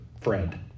friend